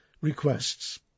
requests